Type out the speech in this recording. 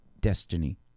destiny